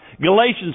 Galatians